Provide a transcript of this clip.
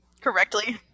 Correctly